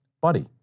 Buddy